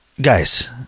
Guys